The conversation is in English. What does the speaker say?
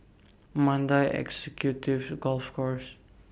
Mandai Executive Golf Course